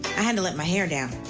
and let my hair down.